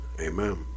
amen